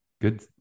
good